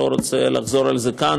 אני לא רוצה לחזור על זה כאן,